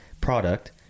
product